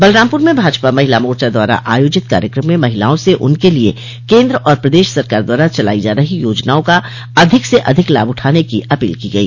बलरामपुर में भाजपा महिला मोर्चा द्वारा आयोजित कार्यक्रम में महिलाओं से उनके लिये केन्द्र और प्रदेश सरकार द्वारा चलाई जा रही योजनाओं का अधिक से अधिक लाभ उठाने की अपील की गई